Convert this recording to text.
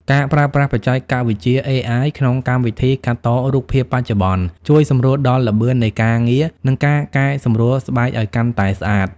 ការប្រើប្រាស់បច្ចេកវិទ្យា AI ក្នុងកម្មវិធីកាត់តរូបភាពបច្ចុប្បន្ន ជួយសម្រួលដល់ល្បឿននៃការងារ និងការកែសម្រួលស្បែកឱ្យកាន់តែស្អាត។